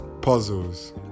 Puzzles